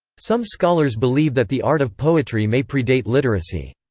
some scholars believe that the art of poetry may predate literacy.